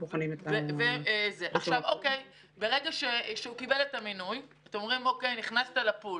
ברגע שהוא קיבל את המינוי ונכנס למאגר,